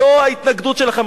זו ההתנגדות שלכם.